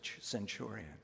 centurion